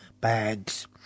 bags